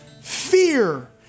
fear